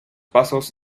pasos